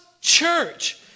church